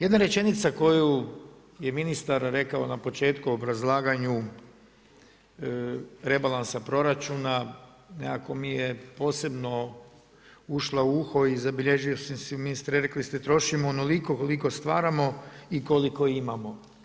Jedna rečenica koju je ministar rekao na početku u obrazlaganju rebalansa proračuna nekako mi je posebno ušla u uho i zabilježio sam si, ministre, rekli ste trošimo onoliko koliko stvaramo i koliko imamo.